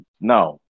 no